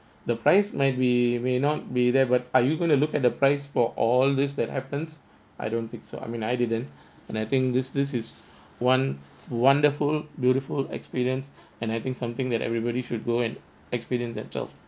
the price might be may not be there but are you going to look at the price for all this that happens I don't think so I mean I didn't and I think this this is one wonderful beautiful experience and I think something that everybody should go and experience themselves